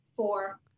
four